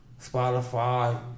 Spotify